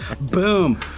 Boom